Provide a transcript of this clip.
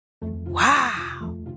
Wow